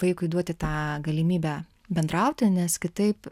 vaikui duoti tą galimybę bendrauti nes kitaip